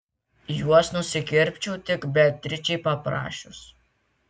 juos nusikirpčiau tik beatričei paprašius